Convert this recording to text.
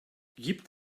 gibt